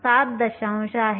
7 आहे